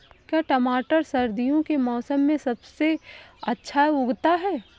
क्या टमाटर सर्दियों के मौसम में सबसे अच्छा उगता है?